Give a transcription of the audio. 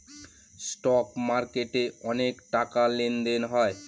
stock মার্কেটে অনেক টাকার লেনদেন হয়